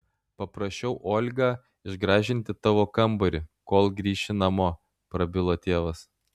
paprašiau olgą išgražinti tavo kambarį kol grįši namo prabilo tėvas